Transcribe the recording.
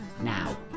Now